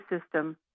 system